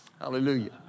hallelujah